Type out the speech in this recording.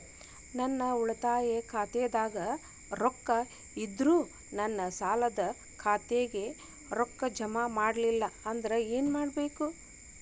ನನ್ನ ಉಳಿತಾಯ ಖಾತಾದಾಗ ರೊಕ್ಕ ಇದ್ದರೂ ನನ್ನ ಸಾಲದು ಖಾತೆಕ್ಕ ರೊಕ್ಕ ಜಮ ಆಗ್ಲಿಲ್ಲ ಅಂದ್ರ ಏನು ಮಾಡಬೇಕು?